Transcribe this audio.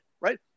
Right